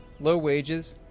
low wages,